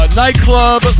nightclub